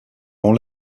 rend